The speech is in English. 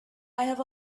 have